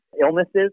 illnesses